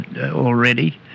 already